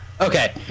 Okay